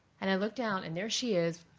and i look down. and there she is.